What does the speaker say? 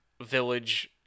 village